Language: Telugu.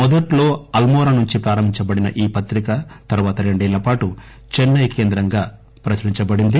మొదట్లో అల్మోరా నుండి ప్రచురించబడిన ఈ పత్రిక తర్వాత రెండేళ్ళ పాటు చెన్నయ్ నుంచి ప్రచురించబడింది